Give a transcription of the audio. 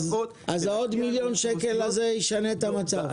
עוד מיליון שקל הזה ישנה את המצב?